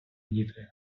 діти